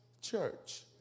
church